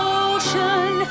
ocean